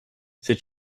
c’est